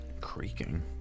Creaking